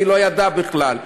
והיא לא ידעה בכלל.